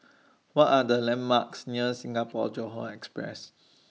What Are The landmarks near Singapore Johore Express